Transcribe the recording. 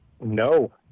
No